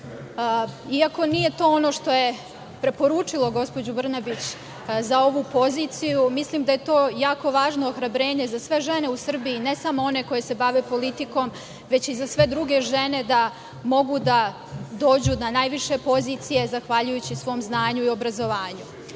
Iako nije to ono što je preporučilo gospođu Brnabić za ovu poziciju, mislim da je to jako važno ohrabrenje za sve žene u Srbiji, ne samo one koje se bave politikom, već i za sve druge žene da mogu da dođu na najviše pozicije zahvaljujući svom znanju i obrazovanju. Što